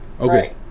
Okay